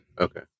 okay